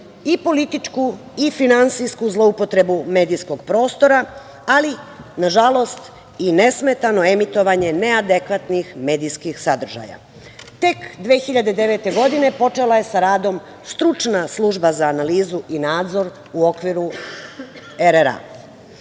i političku i finansijsku zloupotrebu medijskog prostora, ali nažalost i nesmetano emitovanje neadekvatnih medijskih sadržaja. Tek 2009. godine počela je sa radom stručan služba za analizu i nadzor u okviru RRA.